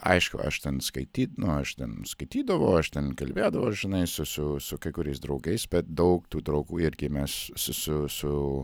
aišku aš ten skaityt nu aš ten skaitydavau aš ten kalbėdavau žinai su su su kai kuriais draugais bet daug tų draugų irgi mes su su su